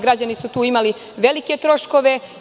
Građani su tu imali velike troškove.